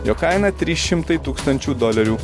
jo kaina trys šimtai tūkstančių dolerių